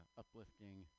uplifting